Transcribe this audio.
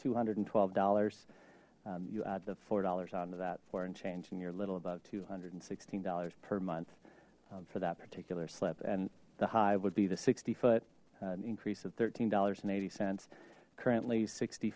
two hundred and twelve dollars you add the four dollars on to that foreign change and your little about two hundred and sixteen dollars per month for that particular slip and the hive would be the sixty foot increase of thirteen dollars eighty cents currently sixty